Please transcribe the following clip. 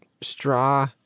straw